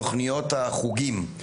תוכניות החוגים,